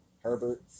Herbert